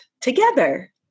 together